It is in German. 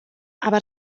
aber